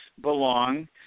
belong